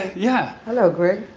yeah hello. great.